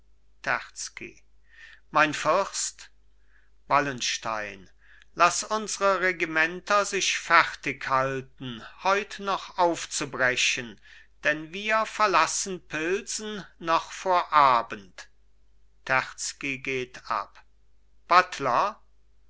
mein fürst wallenstein laß unsre regimenter sich fertighalten heut noch aufzubrechen denn wir verlassen pilsen noch vor abend terzky geht ab buttler